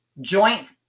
joint